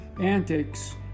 antics